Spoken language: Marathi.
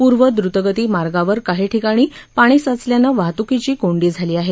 पूर्वद्रूतगती मार्गावर काही ठिकाणी पाणी साचल्याने वाहतुकीची कोंडी झाली आहे